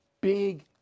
Big